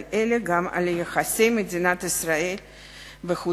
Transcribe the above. אלא גם על יחסי מדינת ישראל בחוץ-לארץ.